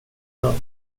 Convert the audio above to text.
död